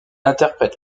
interprète